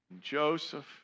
Joseph